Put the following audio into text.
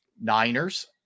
Niners